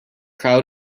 crowd